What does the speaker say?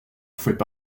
pouvaient